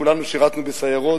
כולנו שירתנו בסיירות,